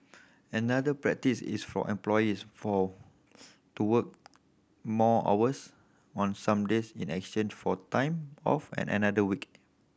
another practice is for employees for to work more hours on some days in exchange for time off on another week